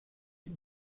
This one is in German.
die